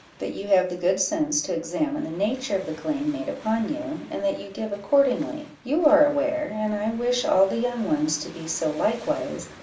that you have the good sense to examine the nature of the claim made upon you, and that you give accordingly you are aware, and i wish all the young ones to be so likewise,